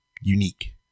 unique